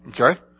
Okay